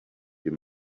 you